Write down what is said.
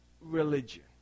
religion